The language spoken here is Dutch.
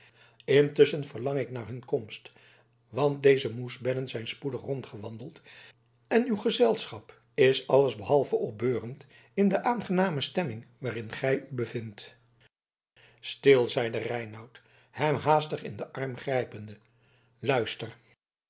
intusschen verlang ik naar hun komst want deze moesbedden zijn spoedig rondgewandeld en uw gezelschap is alles behalve opbeurend in de aangename stemming waarin gij u bevindt stil zeide reinout hem haastig in den arm grijpende luister